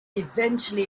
eventually